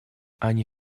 они